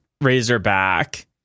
Razorback